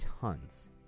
tons